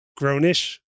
Grownish